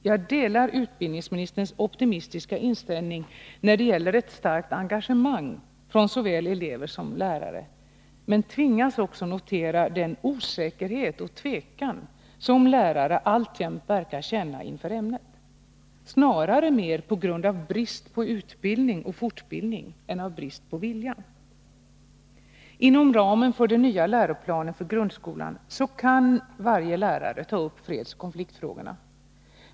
Jag delar utbildningsministerns optimistiska inställning när det gäller ett starkt engagemang från såväl elever som lärare, men jag tvingas också notera den osäkerhet och tvekan som lärare alltjämt verkar känna inför ämnet, snarare mer på grund av brist på utbildning och fortbildning än på grund av brist på vilja. Inom ramen för den nya läroplanen för grundskolan kan varje lärare ta upp fredsoch konfliktfrågorna.